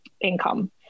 income